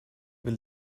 will